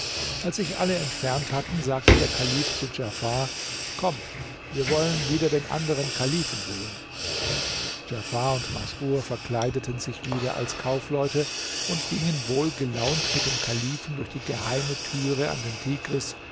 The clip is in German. als sich alle entfernt hatten sagte der kalif zu djafar komm wir wollen wieder den anderen kalifen sehen djafar und masrur verkleideten sich wieder als kaufleute und gingen wohlgelaunt mit dem kalifen durch die geheime türe an den